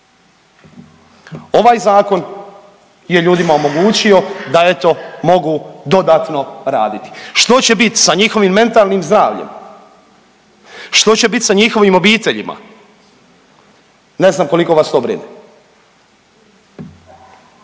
Ovaj zakon je ljudima omogućio da eto mogu dodatno raditi. Što će biti sa njihovim mentalnim zdravljem, što će biti sa njihovim obiteljima ne znam koliko vas to brine?